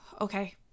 okay